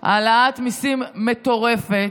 העלאת מיסים מטורפת,